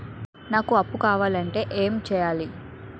నాకు అప్పు కావాలి అంటే ఎం చేయాలి?